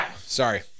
sorry